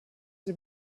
sie